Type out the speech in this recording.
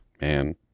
man